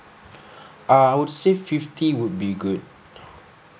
uh I would say fifty would be good